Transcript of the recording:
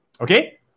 Okay